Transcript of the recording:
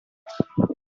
titre